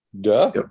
duh